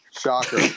shocker